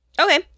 Okay